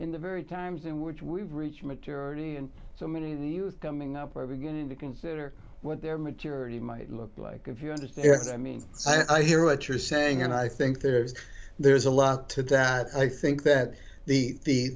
in the very times in which we've reached maturity and so many of the youth coming up are beginning to consider what their maturity might look like if you asked if there's i mean i hear what you're saying and i think there's there's a lot to that i think that the